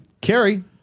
Carrie